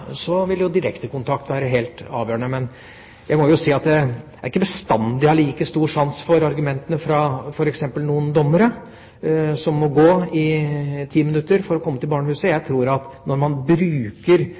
vil direkte kontakt være helt avgjørende. Men jeg må si at det er ikke bestandig jeg har like stor sans for argumentene fra f.eks. enkelte dommere, som må gå i ti minutter for å komme til barnehuset. Jeg